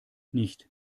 nicht